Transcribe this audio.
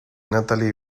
natalie